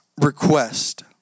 request